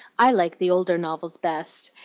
i like the older novels best,